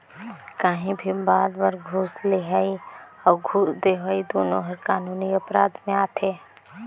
काहीं भी बात बर घूस लेहई अउ घूस देहई दुनो हर कानूनी अपराध में आथे